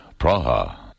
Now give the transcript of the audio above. Praha